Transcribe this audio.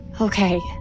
Okay